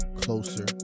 closer